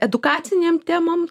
edukacinėm temom